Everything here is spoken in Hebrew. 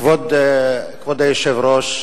כבוד היושב-ראש,